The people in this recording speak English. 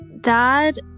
dad